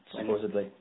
Supposedly